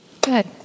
Good